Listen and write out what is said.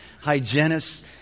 hygienists